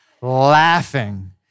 laughing